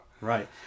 Right